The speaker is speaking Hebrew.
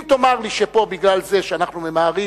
אם תאמר לי שפה, בגלל זה שאנחנו ממהרים,